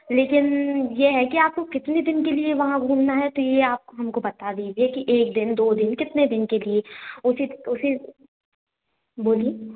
लेकिन ये है कि आपको कितने दिन के लिए वहाँ घूमना है तो ये आप हमको बता दीजिए कि एक दिन दो दिन कितने दिन के लिए उसी उसी बोलिए